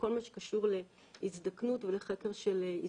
בכל מה שקשור להזדקנות ולחקר של הזדקנות.